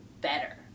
better